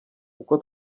kuko